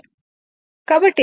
కాబట్టి 0